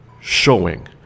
showing